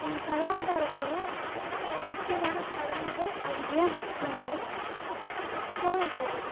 எங்கள் கலாச்சாரத்தோடய முக்கியமான சடங்குகள் அது ஏன் முக்கியம் என்றதை சொல்கிறேன் கோலம் போடுறது